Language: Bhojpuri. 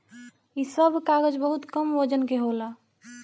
इ सब कागज बहुत कम वजन के होला